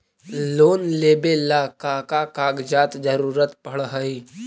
Loan लेवेला का का कागजात जरूरत पड़ हइ?